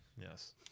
Yes